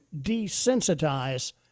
desensitize